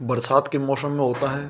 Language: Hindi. बरसात के मौसम में होता है